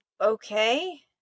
Okay